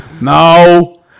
No